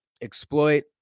exploit